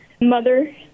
Mother